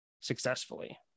successfully